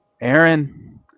Aaron